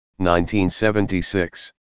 1976